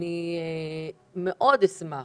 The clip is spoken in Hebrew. אני מאוד אשמח